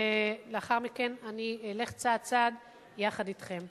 ולאחר מכן אני אלך צעד צעד יחד אתכם.